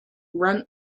run